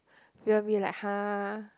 we'll be like !huh!